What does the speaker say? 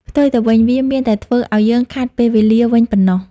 ផ្ទុយទៅវិញ វាមានតែធ្វើឱ្យយើងខាតពេលវេលាវិញប៉ុណ្ណោះ។